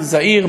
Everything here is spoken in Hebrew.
זעיר,